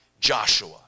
Joshua